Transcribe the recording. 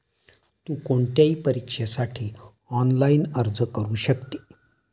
तु कोणत्याही परीक्षेसाठी ऑनलाइन अर्ज करू शकते